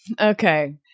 Okay